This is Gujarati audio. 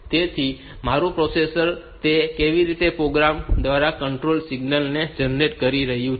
તેથી મારું પ્રોસેસર તે રીતે કેટલાક પ્રોગ્રામ દ્વારા કંટ્રોલ સિગ્નલ જનરેટ કરી રહ્યું છે